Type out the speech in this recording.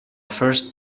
first